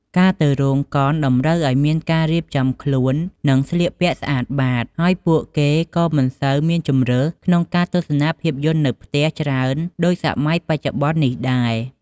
ការទៅរោងកុនតម្រូវឲ្យមានការរៀបចំខ្លួន និងស្លៀកពាក់ស្អាតបាត ហើយពួកគេក៏មិនសូវមានជម្រើសក្នុងការទស្សនាភាពយន្តនៅផ្ទះច្រើនដូចសម័យបច្ចុប្បន្ននេះដែរ។